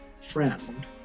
friend